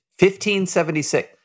1576